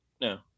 No